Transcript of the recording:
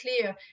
clear